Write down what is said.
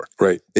Right